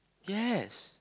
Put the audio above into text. yes